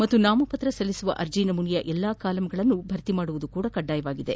ಮತ್ತು ನಾಮಪತ್ರ ಸಲ್ಲಿಸುವ ಅರ್ಜಿ ನಮೂನೆಯ ಎಲ್ಲಾ ಕಾಲಂಗಳನ್ನು ಭರ್ತಿ ಮಾಡುವುದು ಸಹ ಕಡ್ಡಾಯವಾಗಿದೆ